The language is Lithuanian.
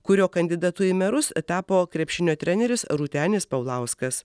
kurio kandidatu į merus tapo krepšinio treneris rūtenis paulauskas